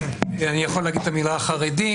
אני יכול להגיד את המילה חרדים.